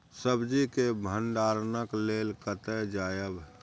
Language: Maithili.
सब्जी के भंडारणक लेल कतय जायब?